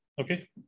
Okay